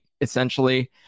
essentially